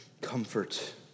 comfort